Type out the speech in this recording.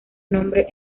nombre